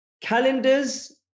calendars